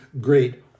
great